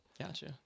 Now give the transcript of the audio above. Gotcha